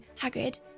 Hagrid